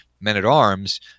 men-at-arms